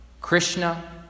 Krishna